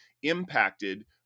impacted